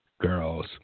girls